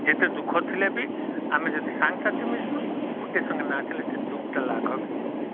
ଯେତେ ଦୁଃଖ୍ ଥିଲେ ବି ଆମେ ଯଦି ସାଙ୍ଗସାଥି ମିଶ୍ନୁ ଗୁଟେ ସାଙ୍ଗେ ନାଚ୍ଲେ ସେ ଦୁଃଖ ତ ଲାଘବ୍ ହେଇ ଯାସି